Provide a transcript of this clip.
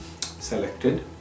selected